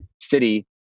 city